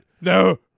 No